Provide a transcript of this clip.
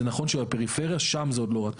זה נכון שבפריפריה, שם זה עוד לא טוב.